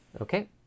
Okay